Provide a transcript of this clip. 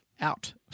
out